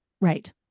Right